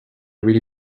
really